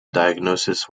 diagnosis